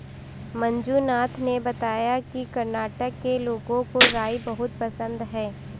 मंजुनाथ ने बताया कि कर्नाटक के लोगों को राई बहुत पसंद है